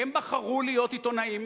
הם בחרו להיות עיתונאים,